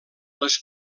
les